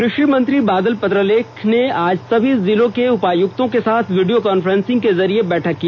कृषि मंत्री बादल पत्रलेख ने आज सभी जिलों के उपायुक्तों के साथ वीडियो कांफ्रेंसिंग के जरिये बैठक की